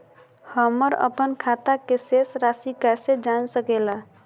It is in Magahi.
हमर अपन खाता के शेष रासि कैसे जान सके ला?